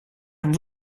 have